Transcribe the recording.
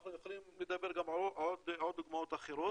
אנחנו יכולים לדבר על עוד דוגמאות אחרות,